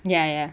ya ya